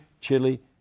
Chile